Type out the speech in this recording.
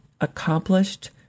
accomplished